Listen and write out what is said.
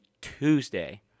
Tuesday